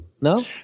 No